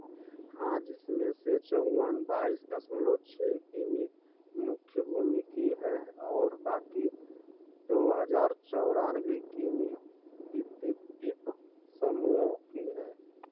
हाँ जिसमें से चौवन बाइस दशमलव छः किमी मुख्य भूमि की है और बाँकी दो हज़ार चौरानबे किमी द्वीतीय द्वीप समूहों की है